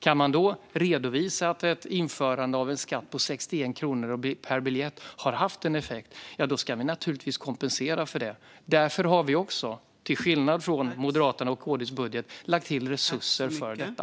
Om man då kan redovisa att införandet av en skatt på 61 kronor per biljett har haft en effekt ska vi naturligtvis kompensera flygplatserna för detta. Därför har vi också - till skillnad från i Moderaternas och Kristdemokraternas budget - lagt till resurser för detta.